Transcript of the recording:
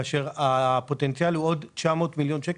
כאשר הפוטנציאל הוא עוד 900 מיליון שקלים,